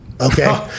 okay